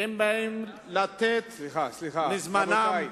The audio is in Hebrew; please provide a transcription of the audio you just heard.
הם באים לתת מזמנם.